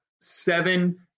seven